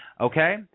okay